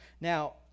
Now